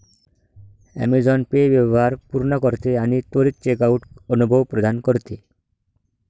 Amazon Pay व्यवहार पूर्ण करते आणि त्वरित चेकआउट अनुभव प्रदान करते